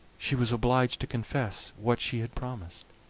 she was obliged to confess what she had promised.